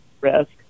risk